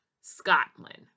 Scotland